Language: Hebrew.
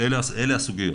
אלה הסוגיות.